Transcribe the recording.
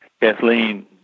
Kathleen